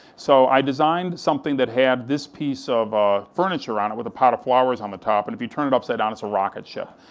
so i designed something that had this piece of ah furniture on it with a pot of flowers on the top, and if you turn it upside down, it's a rocket ship.